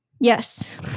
Yes